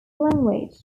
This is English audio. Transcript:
language